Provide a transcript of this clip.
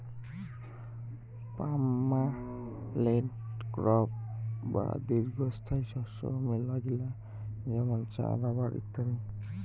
permanent crop বা দীর্ঘস্থায়ী শস্য মেলাগিলা যেমন চা, রাবার ইত্যাদি